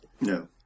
No